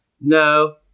no